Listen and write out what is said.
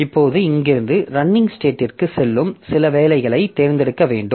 இப்போது இங்கிருந்து ரன்னிங் ஸ்டேட்டிற்கு செல்லும் சில வேலைகளைத் தேர்ந்தெடுக்க வேண்டும்